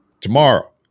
Tomorrow